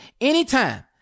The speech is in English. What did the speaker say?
anytime